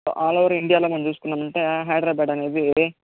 all over ఇండియాలో మనం చూసుకున్నాం అంటే హైదరాబాద్ అనేది